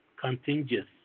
contingent